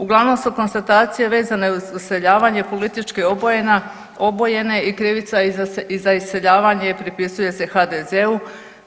Uglavnom su konstatacije vezane uz iseljavanje politički obojena, obojene i krivica je i za iseljavanje pripisuje se HDZ-u.